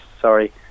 sorry